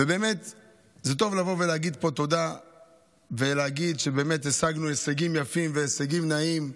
טוב להגיד פה תודה ולהגיד שהשגנו הישגים יפים ונאים.